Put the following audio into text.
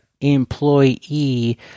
employee